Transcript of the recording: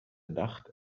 nacht